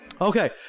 Okay